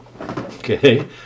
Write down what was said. Okay